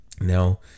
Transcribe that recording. Now